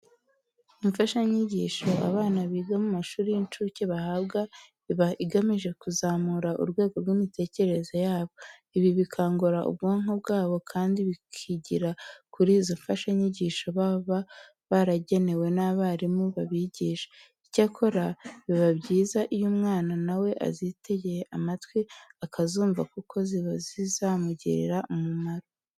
Imfashanyigisho abana biga mu mashuri y'incuke bahabwa, iba igamije kuzamura urwego rw'imitekerereze yabo. Ibi bikangura ubwonko bwabo kandi bakigira kuri izo mfashanyigisho baba baragenewe n'abarimu babigisha. Icyakora, biba byiza iyo umwana na we azitegeye amatwi akazumva kuko ziba zizamugirira umumaro.